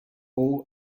all